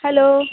hello